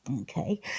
okay